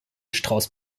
strauß